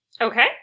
Okay